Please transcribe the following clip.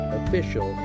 official